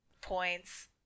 points